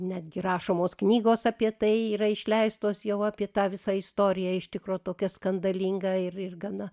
netgi rašomos knygos apie tai yra išleistos jau apie tą visą istorija iš tikro tokią skandalingą ir ir gana